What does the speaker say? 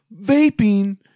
Vaping